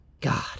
God